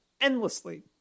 endlessly